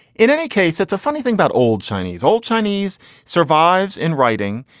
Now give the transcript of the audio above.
in any case, it's a funny thing about old chinese, old chinese survives in writing.